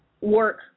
work